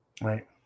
Right